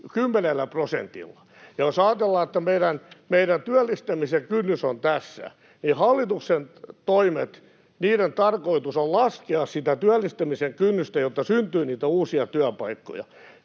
10 prosentilla, niin jos ajatellaan, että meidän työllistämisen kynnys on tässä, niin hallituksen toimien tarkoitus on laskea sitä työllistämisen kynnystä, jotta syntyy niitä uusia työpaikkoja.